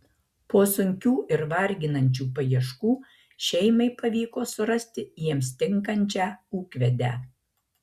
po sunkių ir varginančių paieškų šeimai pavyko surasti jiems tinkančią ūkvedę